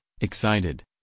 excited